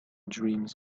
dreams